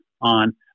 on